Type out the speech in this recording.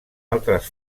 altres